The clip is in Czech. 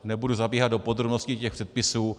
Nebudu zabíhat do podrobností předpisů atd.